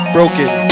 Broken